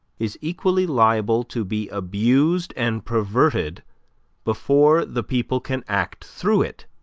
is equally liable to be abused and perverted before the people can act through it.